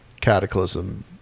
cataclysm